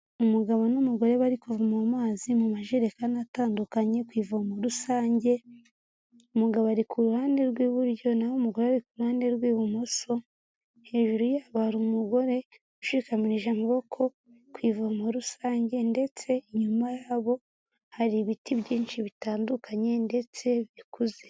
Umugabo n'umugore bari kuvoma amazi mu majerekani atandukanye ku ivomo rusange, umugabo ari ku ruhande rw'iburyo naho umugore ari ku ruhande rw'ibumoso, hejuru yabo hari umugore ushikamirije amaboko ku ivomo rusange ndetse inyuma yabo hari ibiti byinshi bitandukanye ndetse bikuze.